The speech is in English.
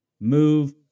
Move